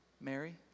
Mary